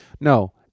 No